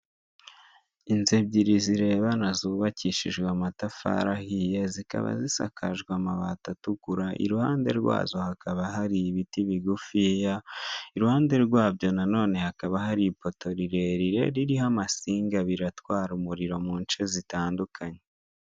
Inzu ebyiri zirebana zubakishijwe amatafari ahiye. Zikaba zisakajwe amabati atukura, iruhande rwazo hakaba hari ibiti bigufiya, iruhande rwabyo nanone hakaba hari ipoto rirerire, ririho amasinga abiri atwara umuriro mu nce bitandukanye.